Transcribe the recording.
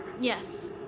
Yes